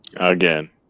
Again